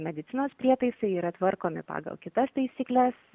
medicinos prietaisai yra tvarkomi pagal kitas taisykles